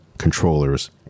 controllers